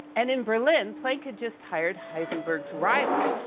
and, in berlin, planck had just hired heisenberg's rival,